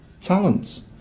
talents